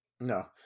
No